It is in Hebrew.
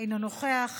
אינו נוכח,